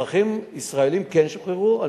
אזרחים ישראלים כן שוחררו.